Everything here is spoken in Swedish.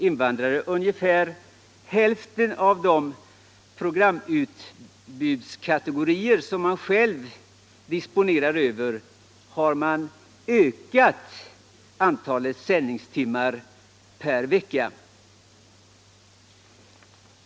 För ungefär hälften av programkategorierna redovisas ett ökat antal sändningstimmar per vecka.